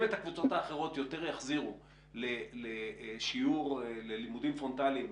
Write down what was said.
אם את הקבוצות האחרות יותר יחזירו ללימודים פרונטליים,